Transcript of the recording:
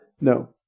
No